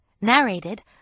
Narrated